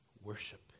worship